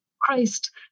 Christ